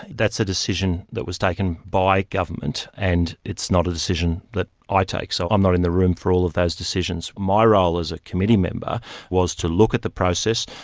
that's a decision that was taken by government, and it's not a decision that i take. so i'm not in the room for all of those decisions. my role as a committee member was to look at the process,